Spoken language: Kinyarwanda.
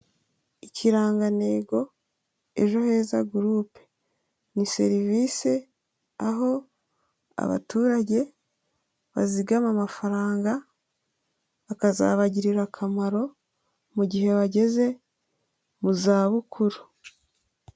Ikirangantego ejo heza gurupe ni serivisi aho abaturage bazigama amafaranga, akazabagirira akamaro mu gihe bageze mu zabukuru.